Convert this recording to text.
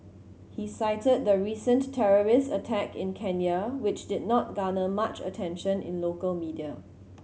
he cited the recent terrorist attack in Kenya which did not garner much attention in local media